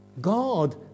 God